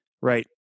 Right